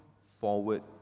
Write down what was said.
forward